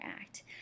Act